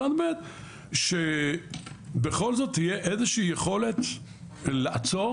מצד ב' שבכל זאת תהיה איזושהי יכולת לעצור